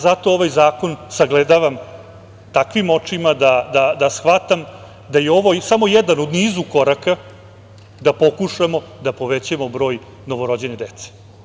Zato ovaj zakon sagledavam takvim očima da shvatam da je ovo samo jedan u nizu koraka da pokušamo da povećamo broj novorođene dece.